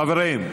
חברים,